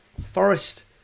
forest